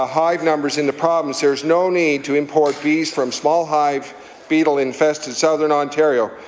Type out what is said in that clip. ah hive numbers in the province, there is no need to import bees from small-hive, beetle-infested southern ontario.